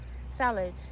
salad